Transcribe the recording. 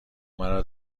مرا